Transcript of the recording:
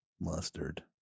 mustard